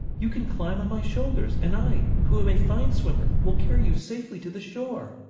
you can climb on my shoulders and i, who am a fine swimmer, will carry you safely to the shore.